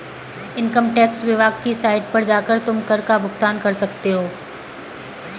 income tax विभाग की site पर जाकर तुम कर का भुगतान कर सकते हो